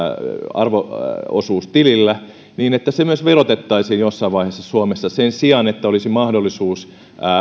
arvo osuustilillä niin se myös verotettaisiin jossain vaiheessa suomessa sen sijaan että olisi mahdollisuus